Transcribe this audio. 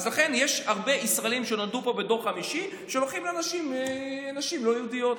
אז לכן יש הרבה ישראלים שנולדו פה בדור חמישי שלוקחים נשים לא יהודיות.